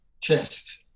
chest